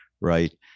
Right